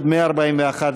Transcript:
הוסרה.